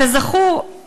כזכור,